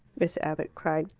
miss abbott cried,